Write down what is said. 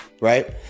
right